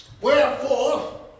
Wherefore